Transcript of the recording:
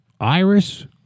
Iris